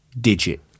digit